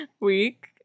Week